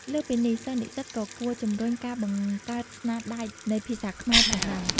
លើសពីនេះ សិស្សនិស្សិតក៏គួរ ជំរុញការបង្កើតស្នាដៃជាភាសាខ្មែរ ផងដែរ។